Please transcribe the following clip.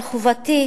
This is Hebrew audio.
אבל חובתי